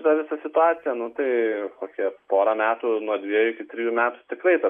tą visą situaciją nu tai kokie porą metų nuo dviejų iki trijų metų tikrai tas